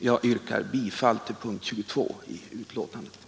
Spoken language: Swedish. Jag yrkar bifall till punkten 22 i betänkandet.